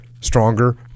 stronger